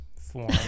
form